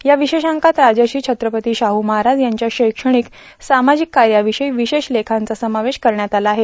या विशेषांकात राजर्षा छत्रपती शाहू महाराज यांच्या शैक्ष्माणक सामाजिक कार्यावषयी ांवशेष लेखांचा समावेश करण्यात आला आहे